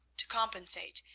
to compensate,